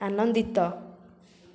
ଆନନ୍ଦିତ